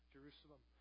Jerusalem